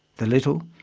the little,